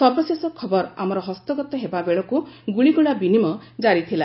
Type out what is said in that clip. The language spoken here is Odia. ସର୍ବଶେଷ ଖବର ଆମର ହସ୍ତଗତ ହେବା ବେଳକୃ ଗୁଳିଗୋଳା ବିନିମୟ କାରି ଥିଲା